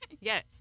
Yes